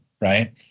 right